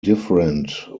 different